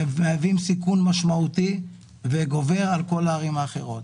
מהווים סיכון משמעותי וגובר על כל הערים האחרות.